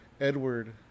Edward